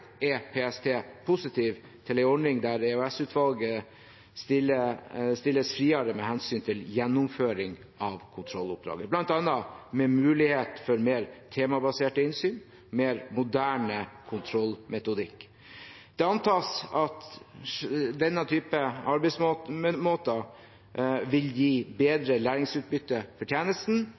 er PST positiv til en ordning der EOS-utvalget stilles friere med hensyn til gjennomføring av kontrolloppdrag, bl.a. med mulighet for mer temabasert innsyn, mer moderne kontrollmetodikk. Det antas at denne typen arbeidsmåte vil gi bedre læringsutbytte for